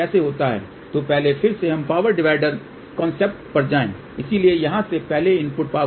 तो पहले फिर से हम पावर डिवाइडर कॉन्सेप्ट पर जाएं इसलिए यहां से हमने इनपुट पावर दी